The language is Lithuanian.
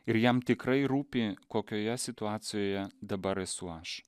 ir jam tikrai rūpi kokioje situacijoje dabar esu aš